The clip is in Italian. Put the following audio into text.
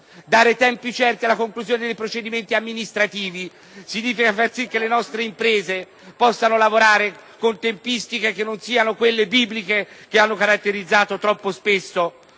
Dare tempi certi alla conclusione dei procedimenti amministrativi significa far sì che le nostre imprese possano lavorare con tempistiche che non siano quelle bibliche che hanno caratterizzato, troppo spesso,